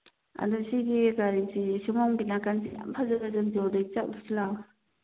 ꯑꯗꯨ ꯁꯤꯒꯤ ꯒꯥꯔꯤꯁꯤ ꯁꯣꯝꯂꯣꯝꯒꯤ ꯅꯥꯀꯟꯁꯤ ꯌꯥꯝ ꯐꯖ ꯐꯖꯅ ꯌꯣꯜꯂꯤ ꯆꯠꯂꯨꯁꯤ ꯂꯥꯎ